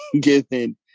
given